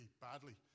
badly